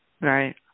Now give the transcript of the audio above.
right